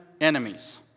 enemies